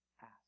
ask